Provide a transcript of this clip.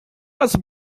was